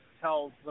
tells